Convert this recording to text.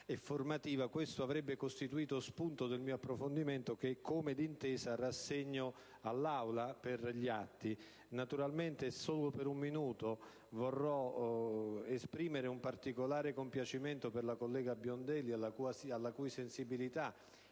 e formativa, che avrebbe costituito spunto del mio approfondimento che, come d'intesa, rassegno all'Aula per gli atti. Vorrei comunque esprimere un particolare apprezzamento per la collega Biondelli, alla cui sensibilità